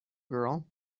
girl